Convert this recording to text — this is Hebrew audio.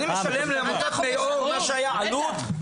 אני משלם לעמותת בני אור, מה שהיה אלו"ט.